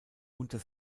unter